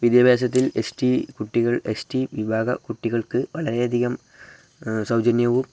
വിദ്യാഭ്യാസത്തിൽ S T കുട്ടികൾ S T വിഭാഗ കുട്ടികൾക്ക് വളരെയധികം സൗജന്യവും